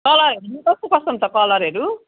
कलरहरू कस्तो कस्तोमा छ कलरहरू